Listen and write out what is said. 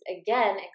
again